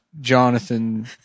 Jonathan